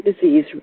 disease